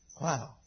Wow